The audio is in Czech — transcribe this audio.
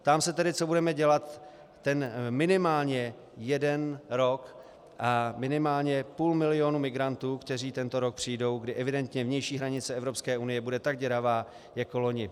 Ptám se tedy, co budeme dělat minimálně jeden rok, minimálně půl milionu migrantů, kteří tento rok přijdou, kdy evidentně vnější hranice EU bude tak děravá jako loni.